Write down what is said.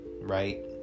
right